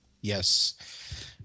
yes